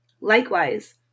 Likewise